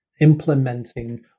implementing